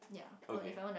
okay